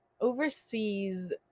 Overseas